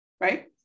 right